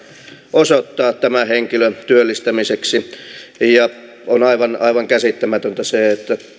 osoittaa tämän henkilön työllistämiseksi on aivan käsittämätöntä se että